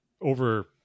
over